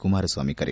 ಕುಮಾರಸ್ವಾಮಿ ಕರೆ